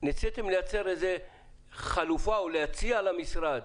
ניסיתם לייצר איזו חלופה, או להציע למשרד